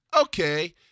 okay